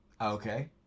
Okay